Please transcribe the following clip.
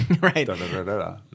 Right